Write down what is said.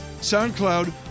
SoundCloud